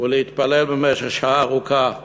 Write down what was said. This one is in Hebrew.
ולהתפלל במשך שעה ארוכה,